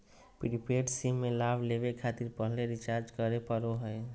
prepaid SIM में लाभ लेबे खातिर पहले रिचार्ज करे पड़ो हइ